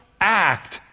act